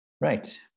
right